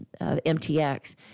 MTX